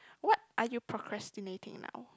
what are you procrastinating now